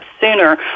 sooner